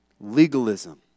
Legalism